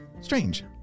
Strange